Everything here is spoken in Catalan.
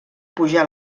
pujar